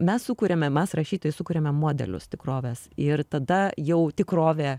mes sukuriame mes rašytojai sukuriame modelius tikrovės ir tada jau tikrovė